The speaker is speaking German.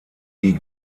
die